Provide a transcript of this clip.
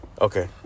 Okay